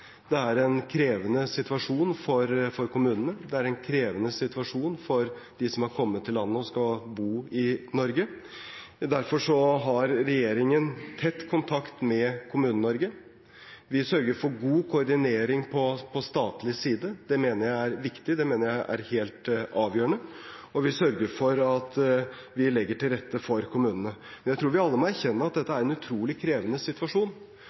Det er en krevende situasjon for kommunene, og det er en krevende situasjon for dem som har kommet til landet og skal bo i Norge. Derfor har regjeringen tett kontakt med Kommune-Norge. Vi sørger for god koordinering på statlig side. Det mener jeg er viktig – det mener jeg er helt avgjørende – og vi sørger for at vi legger til rette for kommunene. Jeg tror vi alle må erkjenne at dette er en utrolig krevende situasjon,